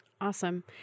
Awesome